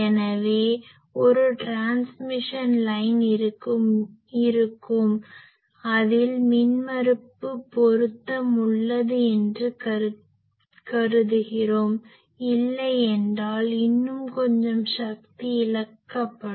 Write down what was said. எனவே ஒரு transmission line இருக்கும் அதில் மின்மறுப்பு பொருத்தம் உள்ளது என்று கருதுகிறோம் இல்லையென்றால் இன்னும் கொஞ்சம் சக்தி இழக்கப்படும்